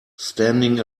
standing